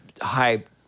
hype